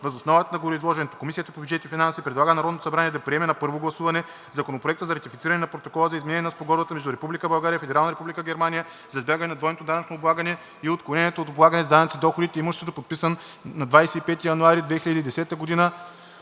Въз основа на гореизложеното Комисията по бюджет и финанси предлага на Народното събрание да приеме на първо гласуване Законопроект за ратифициране на Протокола за изменение на Спогодбата между Република България и Федерална република Германия за избягване на двойното данъчно облагане и отклонението от облагане с данъци на доходите и имуществото, подписана на 25 януари 2010 г.,